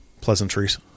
Pleasantries